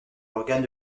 l’organe